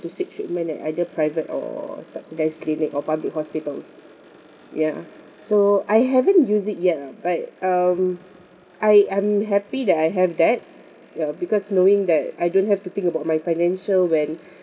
to seek treatment at either private or subsidised clinic or public hospitals ya so I haven't use it yet ah but um I am happy that I have that ya because knowing that I don't have to think about my financial when